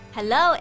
Hello